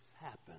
happen